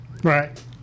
Right